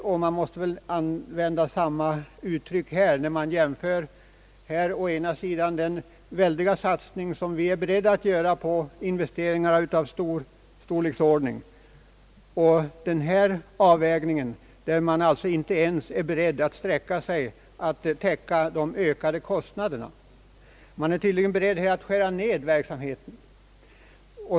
Man kan väl använda samma uttryck här när man jämför å ena sidan den väldiga satsning som vi är beredda att göra på vissa investeringar och å andra sidan det här anslaget, där man alltså inte ens vill sträcka sig så långt att man täcker de ökade kostnaderna. Man är tydligen beredd att skära ned verksamheten.